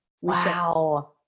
wow